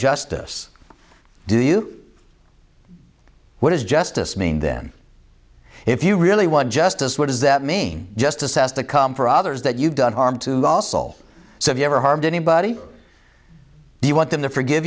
justice do you what does justice mean then if you really want justice what does that mean justice has to come for others that you've done harm to balsall have you ever harmed anybody do you want them to forgive